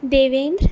Devendra